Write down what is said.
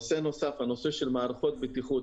דבר נוסף, הנושא של מערכות בטיחות.